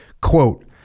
Quote